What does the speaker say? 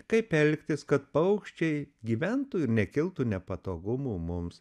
kaip elgtis kad paukščiai gyventų ir nekiltų nepatogumų mums